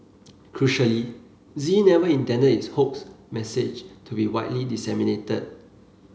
crucially Z never intended his hoax message to be widely disseminated